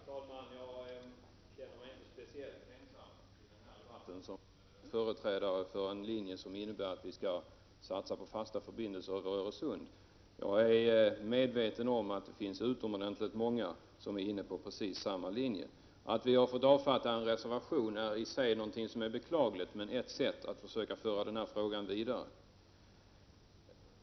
Herr talman! Jag känner mig inte speciellt ensam i denna debatt såsom företrädare för en linje, som innebär att vi skall satsa på fasta förbindelser över Öresund. Jag är medveten om att det finns utomordentligt många som är inne på precis samma linje. Att vi har fått avfatta en reservation är beklagligt, men det är ett sätt att försöka föra denna fråga vidare.